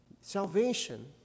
salvation